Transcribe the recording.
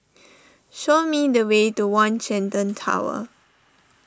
show me the way to one Shenton Tower